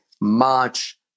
March